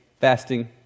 fasting